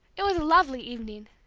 it was a lovely evening.